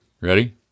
Ready